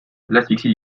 l’asphyxie